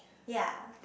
ya